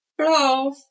Hello